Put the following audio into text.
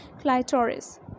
clitoris